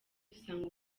dusanga